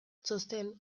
txosten